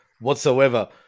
whatsoever